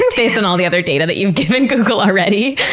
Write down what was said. and based on all the other data that you've given google already.